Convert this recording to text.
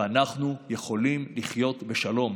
ואנחנו יכולים לחיות בשלום.